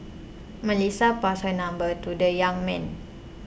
Melissa passed her number to the young man